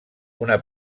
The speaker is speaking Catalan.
una